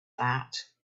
that